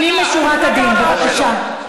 בבקשה.